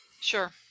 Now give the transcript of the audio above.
Sure